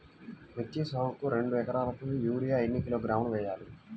మిర్చి సాగుకు రెండు ఏకరాలకు యూరియా ఏన్ని కిలోగ్రాములు వేయాలి?